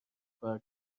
کار